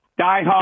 diehard